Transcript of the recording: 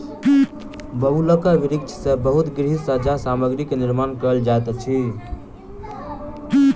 बबूलक वृक्ष सॅ बहुत गृह सज्जा सामग्री के निर्माण कयल जाइत अछि